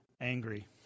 angry